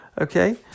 Okay